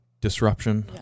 disruption